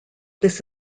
this